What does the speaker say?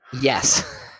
Yes